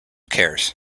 cares